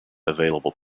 available